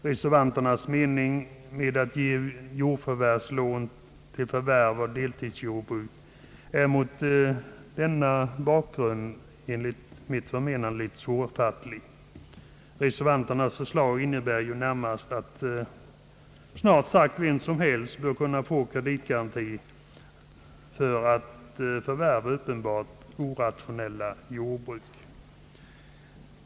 Reservanternas mening med att ge jordförvärvslån till förvärv av deltidsjordbruk är mot denna bakgrund enligt mitt förmenande litet svårfattlig. Reservanternas förslag innebär ju närmast att snart sagt vem som helst bör kunna få kreditgaranti för förvärv av uppenbart orationella jordbruk.